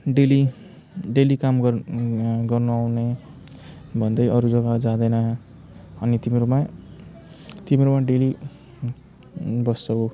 daily daily काम गर्नु गर्नु आउने भन्दै अरू जग्गा जाँदैन अनि तिम्रोमै तिम्रोमा डेली बस्छ ऊ